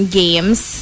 games